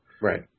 Right